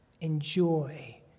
enjoy